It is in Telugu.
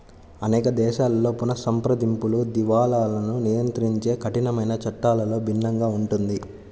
అనేక దేశాలలో పునఃసంప్రదింపులు, దివాలాను నియంత్రించే కఠినమైన చట్టాలలో భిన్నంగా ఉంటుంది